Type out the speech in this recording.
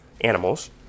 animals